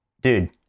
dude